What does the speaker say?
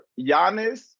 Giannis